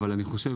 אבל אני חושב,